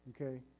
Okay